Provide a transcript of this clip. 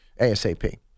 ASAP